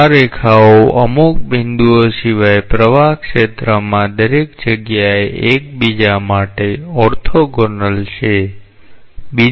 તેથી અને આ રેખાઓ અમુક બિંદુઓ સિવાય પ્રવાહ ક્ષેત્રમાં દરેક જગ્યાએ એકબીજા માટે ઓર્થોગોનલ છે